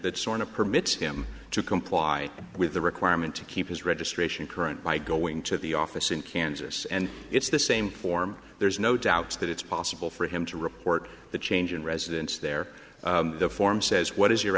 that sort of permits him to comply with the requirement to keep his registration current by going to the office in kansas and it's the same form there's no doubt that it's possible for him to report the change in residence there the form says what is your